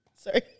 Sorry